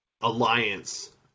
alliance